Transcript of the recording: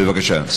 בבקשה.